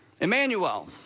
Emmanuel